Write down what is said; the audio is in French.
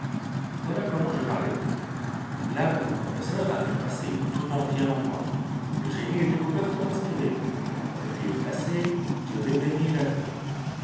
voilà comment je parlais l'âme du professeur avait passé tout entière en moi le génie des découvertes m'inspirait j'oubliais le passé je dédaignais l'avenir